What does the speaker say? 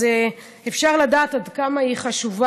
אז אפשר לדעת עד כמה היא חשובה.